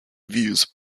views